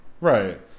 Right